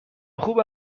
خوب